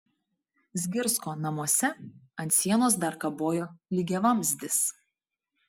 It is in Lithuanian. zgirsko namuose ant sienos dar kabojo lygiavamzdis